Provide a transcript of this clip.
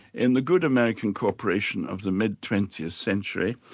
in the good american corporation of the mid twentieth century,